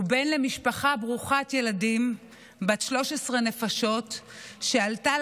הוא בן למשפחה ברוכת ילדים בת 13 נפשות שעלתה